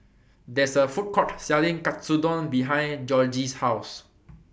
There IS A Food Court Selling Katsudon behind Georgie's House